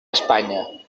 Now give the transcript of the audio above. espanya